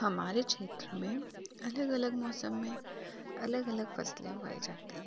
हमारे क्षेत्र में अलग अलग मौसम में अलग अलग फसलें उगाई जाती हैं